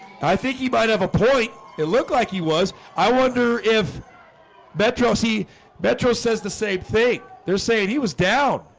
i think he might have a point it looked like he was i wonder if metro see metro says the same thing they're saying he was down